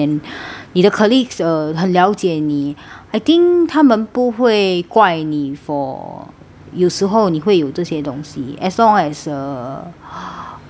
你的 colleagues uh 很了解你 I think 他们不会怪你 for 有时候你会有这些东西 as long as uh uh